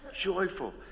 joyful